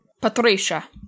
Patricia